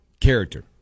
character